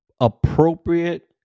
appropriate